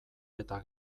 eta